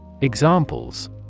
Examples